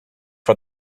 for